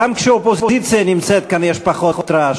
גם כשהאופוזיציה נמצאת כאן יש פחות רעש.